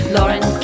Lauren